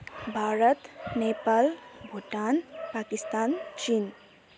Bharat Nepal Bhutan Pakistan Chin